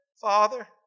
Father